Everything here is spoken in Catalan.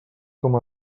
com